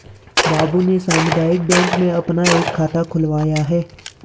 बाबू ने सामुदायिक बैंक में अपना एक खाता खुलवाया है